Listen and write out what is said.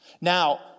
Now